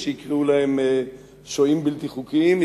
יש שיקראו להם שוהים בלתי חוקיים,